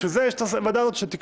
בשביל זה יש את הוועדה הזו שתקבע.